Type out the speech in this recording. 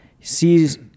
sees